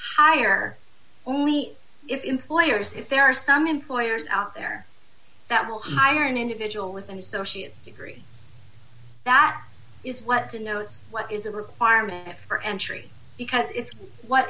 higher only if employers if there are some employers out there that will hire an individual with them so she is degree back is what to know what is a requirement for entry because it's what